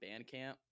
Bandcamp